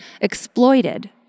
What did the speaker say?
exploited